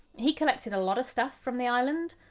he collected a lot of stuff from the island.